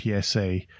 PSA